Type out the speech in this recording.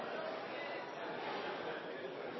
Da er